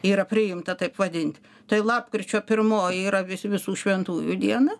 yra priimta taip vadint tai lapkričio pirmoji yra vis visų šventųjų diena